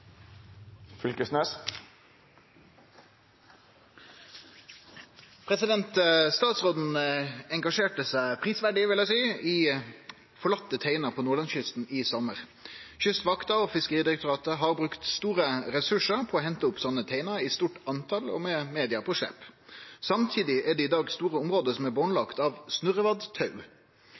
Fiskeridirektoratet har brukt store ressurser på å hente opp slike teiner i et stort antall med media på slep. Samtidig er det i dag store områder som er båndlagt av